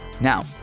Now